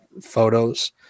photos